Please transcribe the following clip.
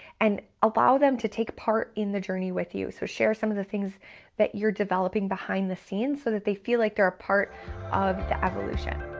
and allow them to take part in the journey with you. so share some of the things that you're developing behind the scenes, so that they feel like they're a part of the evolution.